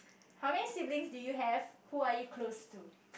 how many siblings do you have who are you close to